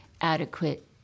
adequate